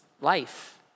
life